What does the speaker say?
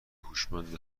هوشمند